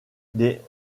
des